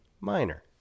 minor